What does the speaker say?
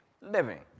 living